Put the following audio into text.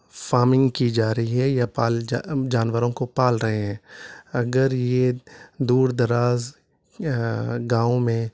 farming کی جا رہی ہے یا پال جانوروں کو پال رہے ہیں اگر یہ دور دراز گاؤں میں